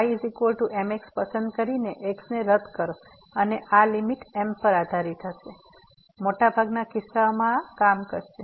તેથી y mx પસંદ કરીને x ને રદ કરો અને આ લીમીટ m પર આધારીત રહેશે મોટાભાગના કિસ્સાઓમાં આ કામ કરશે